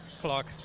clock